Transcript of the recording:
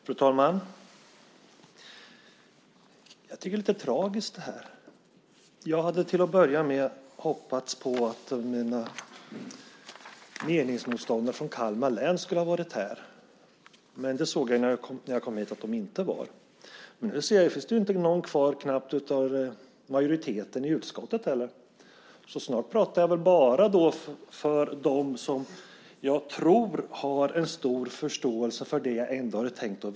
Fru talman! Jag tycker att det är lite tragiskt. Jag hade till att börja med hoppats på att mina meningsmotståndare från Kalmar län skulle ha varit här. Men det såg jag, när jag kom hit, att de inte var. Nu ser jag att det knappt finns kvar någon från majoriteten i utskottet, så snart pratar jag väl bara för dem som jag tror har en stor förståelse för det som jag ändå hade tänkt väcka.